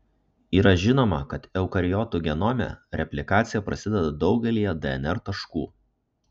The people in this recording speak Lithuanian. yra žinoma kad eukariotų genome replikacija prasideda daugelyje dnr taškų